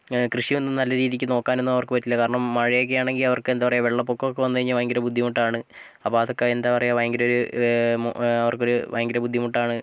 കൃഷിയൊന്നും നല്ല രീതിക്ക് നോക്കാൻ ഒന്നും അവർക്ക് പറ്റില്ല കാരണം മഴയൊക്കെ ആണെങ്കിൽ അവർക്ക് എന്താ പറയാ വെള്ളപൊക്കം ഒക്കെ വന്നു കഴിഞ്ഞാൽ ഭയകര ബുദ്ധിമുട്ടാണ് അപ്പോൾ അതൊക്കെ എന്താ പറയാ ഭയകര ഒരു അവർക്ക് ഒരു ഭയകര ബുദ്ധിമുട്ടാണ്